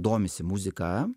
domisi muzika